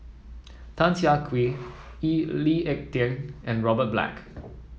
Tan Siah Kwee E Lee Ek Tieng and Robert Black